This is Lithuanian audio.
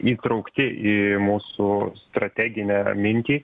įtraukti į mūsų strateginę mintį